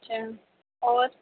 اچھا اور